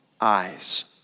eyes